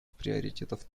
приоритетов